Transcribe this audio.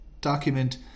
document